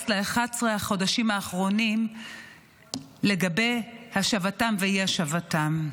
ל-11 החודשים האחרונים לגבי השבתם ואי-השבתם.